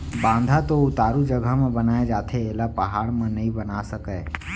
बांधा तो उतारू जघा म बनाए जाथे एला पहाड़ म नइ बना सकय